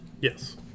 Yes